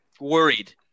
worried